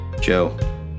Joe